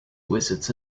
wizards